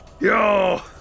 Yo